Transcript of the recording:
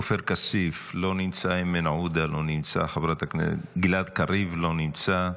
עופר כסיף, לא נמצא, גלעד קריב, לא נמצא.